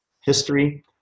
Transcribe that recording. history